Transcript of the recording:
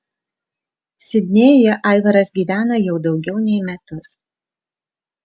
sidnėjuje aivaras gyvena jau daugiau nei metus